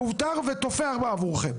מאובטח ותופח בעבורכם.